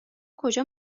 کجا